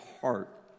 heart